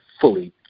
fully